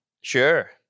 Sure